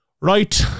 Right